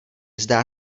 zdá